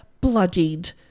bloodied